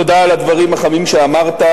תודה על הדברים החמים שאמרת,